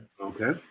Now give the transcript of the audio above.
okay